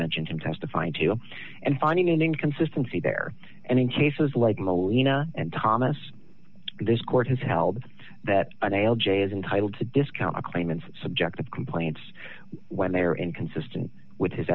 mentioned him testifying to and finding an inconsistency there and in cases like molina and thomas this court has held that an l j is entitled to discount the claimants subjective complaints when they are inconsistent with his